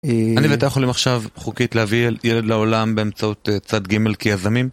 אני ואתה יכולים עכשיו חוקית להביא ילד לעולם באמצעות צד גימל כי יזמים